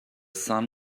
sun